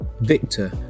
victor